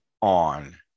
On